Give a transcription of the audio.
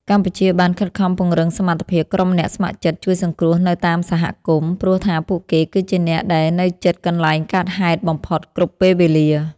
កម្ពុជាបានខិតខំពង្រឹងសមត្ថភាពក្រុមអ្នកស្ម័គ្រចិត្តជួយសង្គ្រោះនៅតាមសហគមន៍ ព្រោះថាពួកគេគឺជាអ្នកដែលនៅជិតកន្លែងកើតហេតុបំផុតគ្រប់ពេលវេលា។